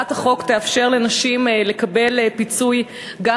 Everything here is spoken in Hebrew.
הצעת החוק תאפשר לנשים לקבל פיצוי גם